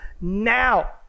now